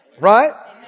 Right